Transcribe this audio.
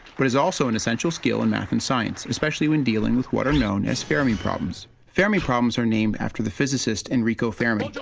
but is also an essential skill in math and science, especially when dealing with what are known as fermi problems. fermi problems are named after the physicist enrico fermi,